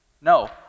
No